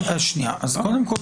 בדיוק.